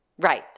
Right